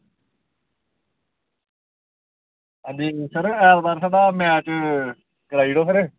हंजी सर ऐतवार साढ़ा मैच कराई ओड़ो फिर